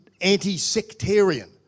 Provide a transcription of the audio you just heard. anti-sectarian